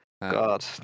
God